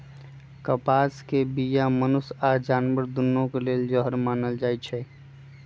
कपास के बीया मनुष्य आऽ जानवर दुन्नों के लेल जहर मानल जाई छै